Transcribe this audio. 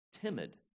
timid